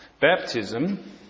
Baptism